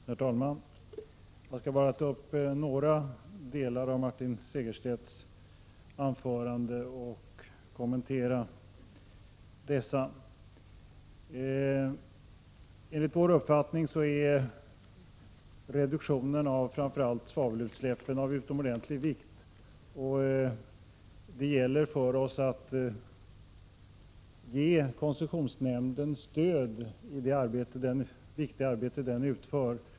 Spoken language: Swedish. Herr talman! Jag skall bara ta upp några delar av Martin Segerstedts anförande och kommentera dem. Enligt vår uppfattning är reduktionen av framför allt svavelutsläppen av utomordentiig vikt, och det gäller för oss att ge koncessionsnämnden stöd i det betydelsefulla arbete som den utför.